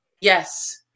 Yes